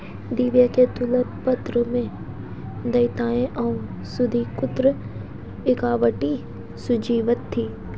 दिव्या के तुलन पत्र में देयताएं एवं स्वाधिकृत इक्विटी सूचीबद्ध थी